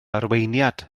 arweiniad